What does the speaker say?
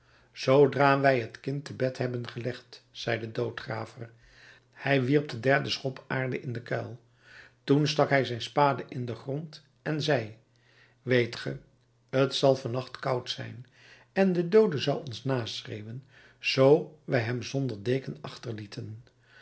zoodra wij het kind te bed hebben gelegd zei de doodgraver hij wierp den derden schop aarde in den kuil toen stak hij zijn spade in den grond en zei weet ge t zal van nacht koud zijn en de doode zou ons naschreeuwen zoo wij hem zonder deken achterlieten